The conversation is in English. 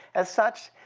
as such,